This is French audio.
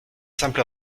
simple